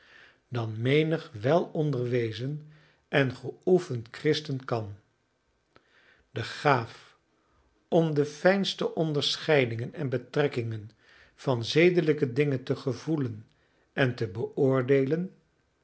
dan menig welonderwezen en geoefend christen kan de gaaf om de fijnste onderscheidingen en betrekkingen van zedelijke dingen te gevoelen en te beoordeelen